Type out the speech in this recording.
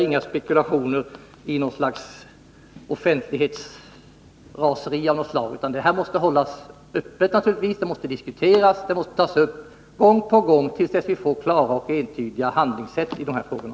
Jag spekulerar inte i att nå offentlighet, men det är viktigt att de här frågorna tas upp gång på gång, till dess vi får klara och entydiga regler för hur vi skall handla i de här frågorna.